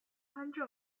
参政